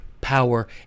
power